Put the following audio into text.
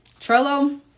trello